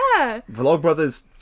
Vlogbrothers